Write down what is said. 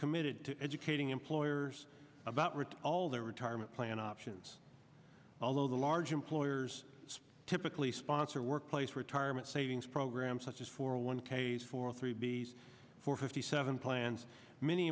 committed to educating employers about return all their retirement plan options although the large employers typically sponsor workplace retirement savings programs such as four hundred one ks for three b s for fifty seven plans many